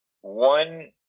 one